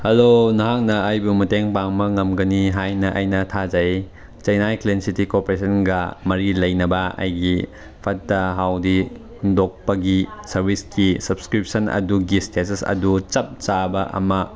hello ꯅꯍꯥꯛꯅ ꯑꯩꯕꯨ ꯃꯇꯦꯡ ꯄꯥꯡꯕ ꯉꯝꯒꯅꯤ ꯍꯥꯏꯅ ꯑꯩꯅ ꯊꯥꯖꯩ ꯆꯥꯏꯅꯥꯒꯤ ꯀ꯭ꯂꯤꯟ ꯁꯤꯇꯤ ꯀꯣꯑꯣꯄꯔꯦꯁꯟꯒ ꯃꯔꯤ ꯂꯩꯅꯕ ꯑꯩꯒꯤ ꯐꯠꯇ ꯍꯥꯎꯗꯤ ꯍꯨꯟꯗꯣꯛꯄꯒꯤ ꯁꯥꯔꯕꯤꯁꯀꯤ ꯁꯞꯁ꯭ꯀꯔꯤꯞꯁꯟ ꯑꯗꯨꯒꯤ ꯏꯁꯇꯦꯇꯁ ꯑꯗꯨ ꯆꯞ ꯆꯥꯕ ꯑꯃ